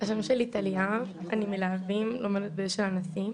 השם שלי טליה, אני מלהבים, לומדת באשל הנשיא.